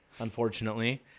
unfortunately